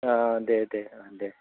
अ दे दे अ दे